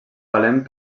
valent